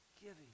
giving